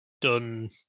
done